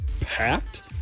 packed